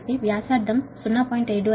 5 సెంటీమీటర్లు కాబట్టి రేడియస్ 0